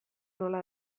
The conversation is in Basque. nola